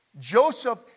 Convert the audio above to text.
Joseph